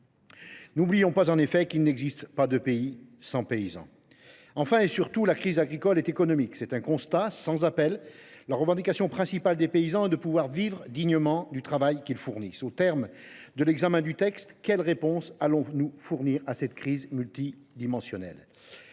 N’oublions pas, en effet, qu’il n’existe pas de pays sans paysans. Enfin, et surtout, la crise agricole est économique. C’est un constat sans appel. La revendication principale des paysans est de vivre dignement du travail qu’ils fournissent. Au terme de l’examen du texte, quelle réponse allons nous fournir à cette crise multidimensionnelle ?